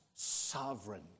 Sovereign